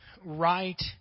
right